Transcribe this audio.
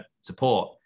support